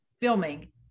filming